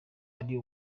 ari